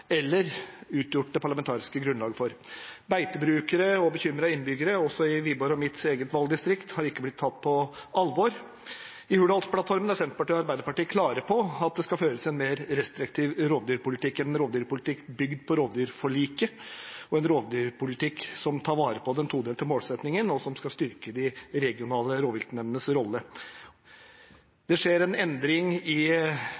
eller utgjort det parlamentariske grunnlaget for. Beitebrukere og bekymrede innbyggere, også i Wiborgs og mitt eget valgdistrikt, har ikke blitt tatt på alvor. I Hurdalsplattformen er Arbeiderpartiet og Senterpartiet klare på at det skal føres en mer restriktiv rovdyrpolitikk, en rovdyrpolitikk bygd på rovdyrforliket, en rovdyrpolitikk som tar vare på den todelte målsettingen, og som skal styrke de regionale rovviltnemdenes rolle. Det skjer en endring i